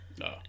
No